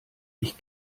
ich